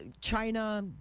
China